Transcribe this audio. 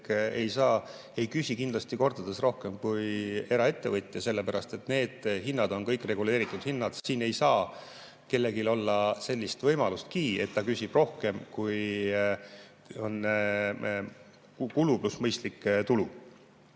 ei küsi kindlasti kordades rohkem kui eraettevõtja, sellepärast et need hinnad on kõik reguleeritud hinnad. Siin ei saa kellelgi olla sellist võimalustki, et ta küsib rohkem kui kulu pluss mõistlik tulu. Nüüd,